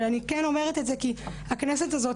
אבל אני כן אומרת את זה כי הכנסת הזאת